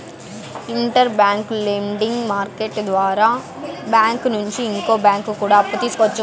inter bank lending market ద్వారా bank నుంచి ఇంకో బ్యాంకు కూడా అప్పు తీసుకోవచ్చు